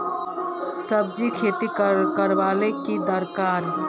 सब्जी खेती करले ले की दरकार?